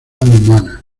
humana